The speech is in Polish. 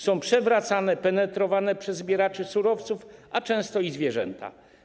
Są przewracane, penetrowane przez zbieraczy surowców, a często i zwierzęta.